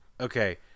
Okay